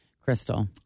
Crystal